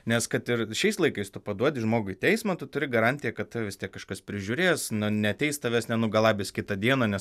nes kad ir šiais laikais tu paduodi žmogų į teismą tu turi garantiją kad tave kažkas prižiūrės na neateis tavęs nenugalabys kitą dieną nes